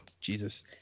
jesus